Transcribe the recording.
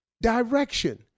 direction